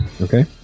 Okay